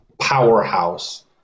powerhouse